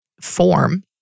form